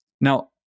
Now